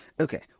Okay